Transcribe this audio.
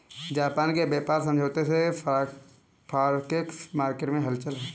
Japan के व्यापार समझौते से फॉरेक्स मार्केट में हलचल है